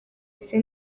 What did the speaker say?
minsi